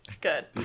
good